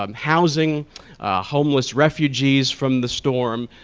um housing homeless refugees from the storm,